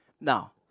now